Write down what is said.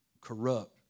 corrupt